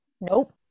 Nope